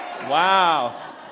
Wow